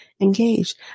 engaged